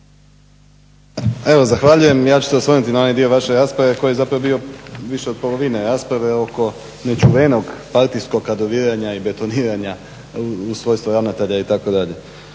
Evo zahvaljujem. Ja ću se osloniti na onaj dio vaše rasprave koji je zapravo bio više od polovine rasprave oko nečuvenog partijskog kadroviranja i betoniranja u svojstvu ravnatelja itd.